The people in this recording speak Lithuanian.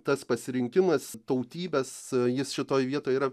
tas pasirinkimas tautybės jis šitoj vietoj yra